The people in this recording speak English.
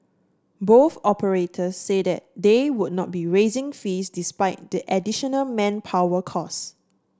both operators said that they would not be raising fees despite the additional manpower costs